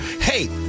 Hey